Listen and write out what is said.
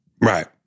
Right